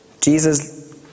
Jesus